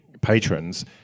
patrons